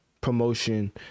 promotion